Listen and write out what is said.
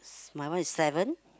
my one is seven